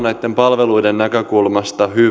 näitten palveluiden näkökulmasta